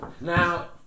Now